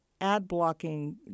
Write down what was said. ad-blocking